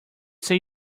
say